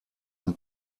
ein